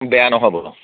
বেয়া নহ'ব